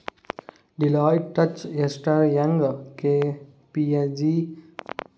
Deloitte, Touche Ernst, Young KPMG Price Waterhouse హౌస్ కూపర్స్అనే వాళ్ళు పెద్ద ఆడిటర్లే